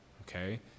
okay